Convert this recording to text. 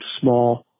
small